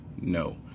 no